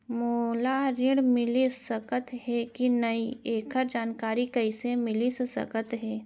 मोला ऋण मिलिस सकत हे कि नई एखर जानकारी कइसे मिलिस सकत हे?